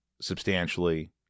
substantially